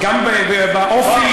גם באופי,